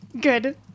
Good